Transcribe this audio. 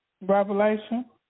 Revelation